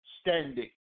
standing